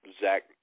Zach